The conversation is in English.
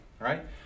right